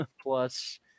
plus